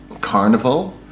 Carnival